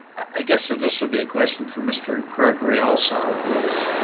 i guess ah this would be a question for mr gregory also is